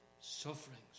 sufferings